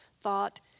thought